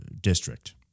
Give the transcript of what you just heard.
district